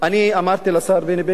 אני אמרתי לשר בני בגין,